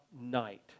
night